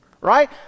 right